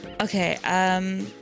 okay